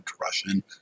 Russian